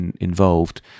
involved